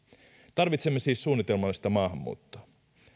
tarvitsemme siis suunnitelmallista maahanmuuttoa